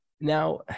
now